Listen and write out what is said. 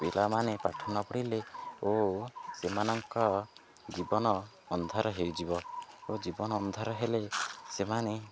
ପିଲାମାନେ ପାଠ ନ ପଢ଼ିଲେ ଓ ସେମାନଙ୍କ ଜୀବନ ଅନ୍ଧାର ହେଇଯିବ ଓ ଜୀବନ ଅନ୍ଧାର ହେଲେ ସେମାନେ